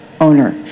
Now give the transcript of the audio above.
owner